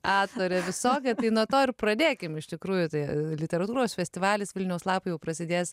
autorė visokia tai nuo to ir pradėkime iš tikrųjų tai literatūros festivalis vilniaus lapai prasidės